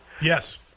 yes